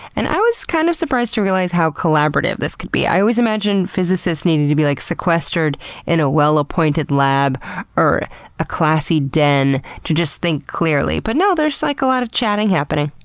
and i was kind of surprised to realize how collaborative this can be. i always imagined physicists needing to be like sequestered in a well-appointed lab or a classy den to think clearly. but no, there's like a lot of chatting happening.